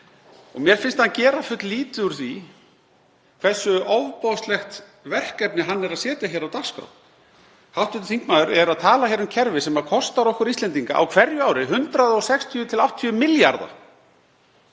Mér finnst hann gera fulllítið úr því hversu ofboðslegt verkefni hann er að setja á dagskrá. Hv. þingmaður er að tala um kerfi sem kostar okkur Íslendinga á hverju ári 160–180 milljarða.